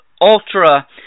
ultra